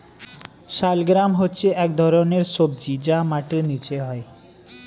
শালগ্রাম হচ্ছে এক ধরনের সবজি যা মাটির নিচে হয়